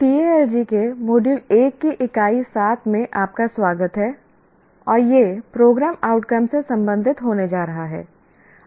TALG के module 1 की इकाई 7 में आपका स्वागत है और यह प्रोग्राम आउटकम्स से संबंधित होने जा रहा है